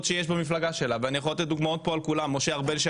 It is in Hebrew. קטי, היה פה דיון ארוך.